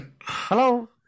Hello